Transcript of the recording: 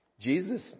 Jesus